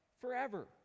forever